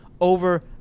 over